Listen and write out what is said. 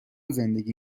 زندگی